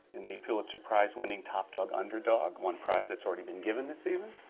in the pulitzer prize-winning topdog underdog, one prize that's already been given this season.